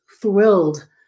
thrilled